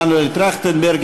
מנואל טרכטנברג,